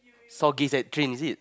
saw gigs at train is it